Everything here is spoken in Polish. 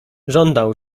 żądał